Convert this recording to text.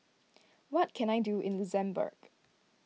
what can I do in Luxembourg